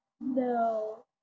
no